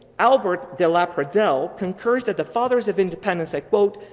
albert de la pradelle concurs that the fathers of independence, i quote,